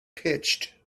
pitched